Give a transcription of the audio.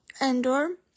Endor